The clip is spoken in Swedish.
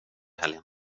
helgen